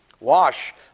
wash